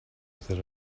that